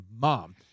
mom